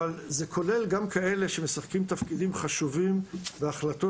אבל זה כולל גם כאלה שמשחקים תפקידים חשובים בהחלטות